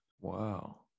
wow